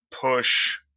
push –